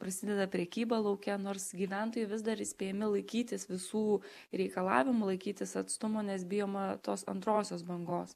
prasideda prekyba lauke nors gyventojai vis dar įspėjami laikytis visų reikalavimų laikytis atstumo nes bijoma tos antrosios bangos